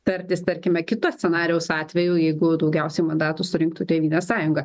tartis tarkime kito scenarijaus atveju jeigu daugiausiai mandatų surinktų tėvynės sąjunga